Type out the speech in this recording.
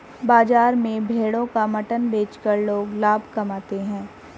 बाजार में भेड़ों का मटन बेचकर लोग लाभ कमाते है